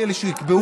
הם אלה שיקבעו,